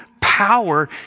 power